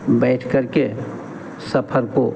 बैठ करके सफर को